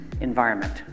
environment